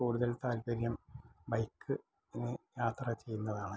കൂടുതൽ താൽപ്പര്യം ബൈക്കിന് യാത്ര ചെയ്യുന്നതാണ്